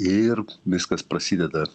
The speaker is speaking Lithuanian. ir viskas prasideda